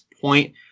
point